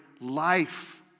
life